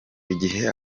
igihe